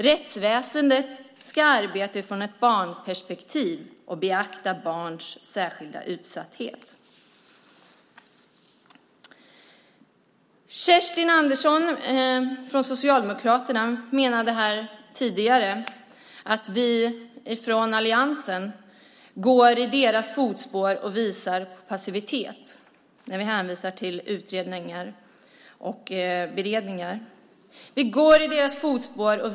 Rättsväsendet ska arbeta utifrån ett barnperspektiv och beakta barns särskilda utsatthet. Kerstin Andersson från Socialdemokraterna menade tidigare att vi från alliansen går i deras fotspår och visar passivitet när vi hänvisar till utredningar och beredningar.